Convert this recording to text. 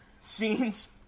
scenes